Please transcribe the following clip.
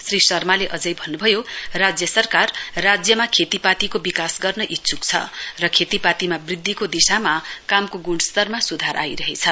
श्री शर्माले अझै भन्नुभयो राज्य सरकार राज्यमा खेती पातीको विकास गर्न इच्छुक छ र खेतीपातीमा वृद्धि दिशामा कामको गुणस्तरमा सुधार आइरहेछ